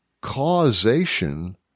causation